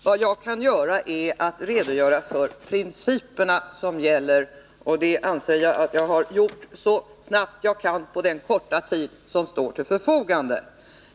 Vad jag kan göra är att redogöra för de principer som gäller, och det anser jag att jag har gjort så gott jag kunnat inom den korta tid som står till förfogande.